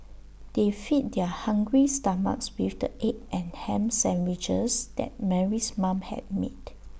they fed their hungry stomachs with the egg and Ham Sandwiches that Mary's mom had made